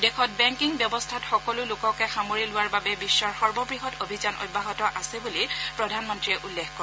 দেশত বেংকিং ব্যৱস্থাত সকলো লোককে সামৰি লোৱাৰ বাবে বিশ্বৰ সৰ্ববৃহৎ অভিযান অব্যাহত আছে বুলি প্ৰধানমন্ত্ৰীয়ে উল্লেখ কৰে